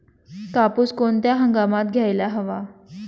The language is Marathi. कापूस कोणत्या हंगामात घ्यायला हवा?